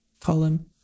column